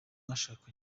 mwashakanye